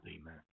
Amen